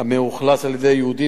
המאוכלס על-ידי יהודים,